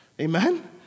Amen